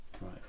Right